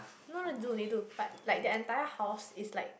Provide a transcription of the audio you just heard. no no they do they do but their entire house is like